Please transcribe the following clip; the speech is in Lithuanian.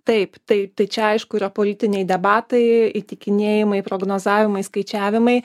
taip taip tai čia aišku yra politiniai debatai įtikinėjimai prognozavimai skaičiavimai